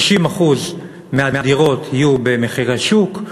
60% מהדירות יהיו במחירי שוק,